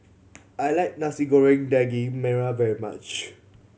I like Nasi Goreng Daging Merah very much